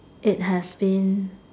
it has been